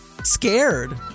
Scared